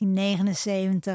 1979